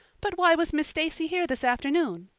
but why was miss stacy here this afternoon?